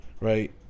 right